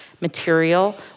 material